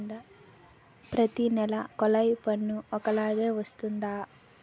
ప్రతి నెల కొల్లాయి పన్ను ఒకలాగే వస్తుందా?